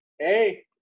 Hey